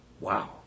Wow